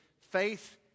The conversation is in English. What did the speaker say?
faith